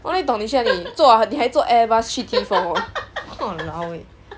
我哪里懂你去哪里坐你还坐 airbus 去 T four !walao! eh